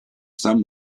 san